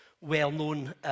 Well-known